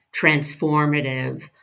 transformative